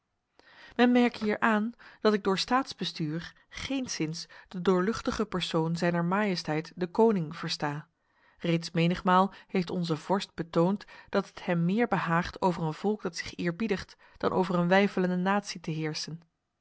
merke hier aan dat ik door staatsbestuur geenszins de doorluchtige persoon zijner majesteit de koning versta reeds menigmaal heeft onze vorst betoond dat het hem meer behaagt over een volk dat zich eerbiedigt dan over een weifelende natie te heersen